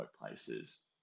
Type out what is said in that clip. workplaces